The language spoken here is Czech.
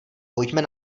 pojďme